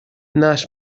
наш